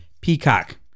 Peacock